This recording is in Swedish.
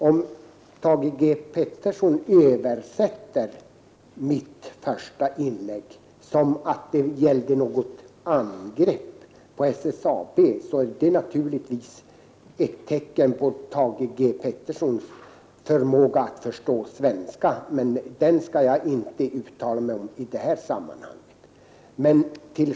Om Thage G Peterson tolkar mitt första inlägg så att det skulle vara ett angrepp på SSAB, är det naturligtvis ett tecken på Thage G Petersons bristande förmåga att förstå svenska. Men den skall jag inte uttala mig om i detta sammanhang.